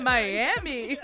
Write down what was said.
Miami